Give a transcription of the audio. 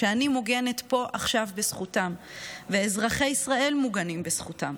שאני מוגנת פה עכשיו בזכותם ואזרחי ישראל מוגנים בזכותם.